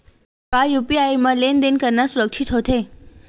का यू.पी.आई म लेन देन करना सुरक्षित होथे?